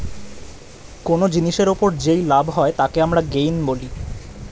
কোন জিনিসের ওপর যেই লাভ হয় তাকে আমরা গেইন বলি